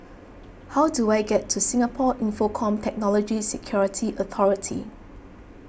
how do I get to Singapore Infocomm Technology Security Authority